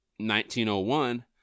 1901